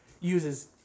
uses